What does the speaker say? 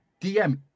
DM